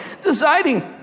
Deciding